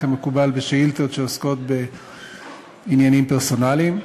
כמקובל בשאילתות שעוסקות בעניינים פרסונליים.